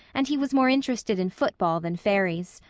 and he was more interested in football than fairies.